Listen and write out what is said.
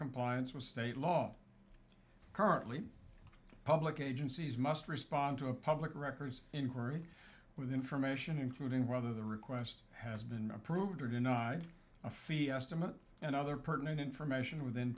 compliance with state law currently public agencies must respond to a public records inquiry with information including whether the request has been approved or denied a fee estimate and other pertinent information within